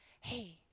Hey